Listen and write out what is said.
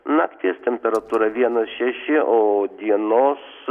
nakties temperatūra vienas šeši o dienos